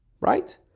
right